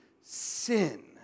sin